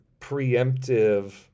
preemptive